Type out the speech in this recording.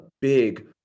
big